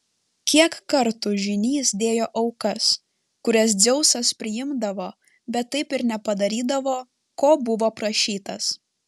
kiek kartų žynys dėjo aukas kurias dzeusas priimdavo bet taip ir nepadarydavo ko buvo prašytas